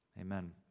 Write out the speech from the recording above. Amen